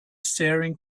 staring